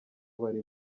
bari